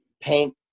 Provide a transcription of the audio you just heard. Paint